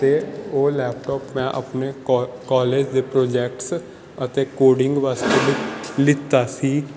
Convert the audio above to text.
ਅਤੇ ਉਹ ਲੈਪਟੋਪ ਮੈਂ ਆਪਣੇ ਕੋ ਕੋਲੇਜ ਦੇ ਪ੍ਰੋਜੈਕਟਸ ਅਤੇ ਕੋਡਿੰਗ ਵਾਸਤੇ ਲਿਤ ਲਿੱਤਾ ਸੀ